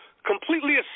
completely